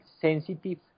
sensitive